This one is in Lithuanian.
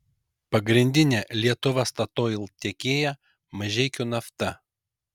pagrindinė lietuva statoil tiekėja mažeikių nafta